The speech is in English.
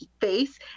face